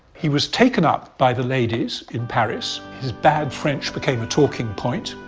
he was taken up by the ladies in paris his bad french became a talking point.